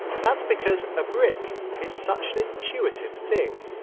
that's because a brick is such an intuitive thing.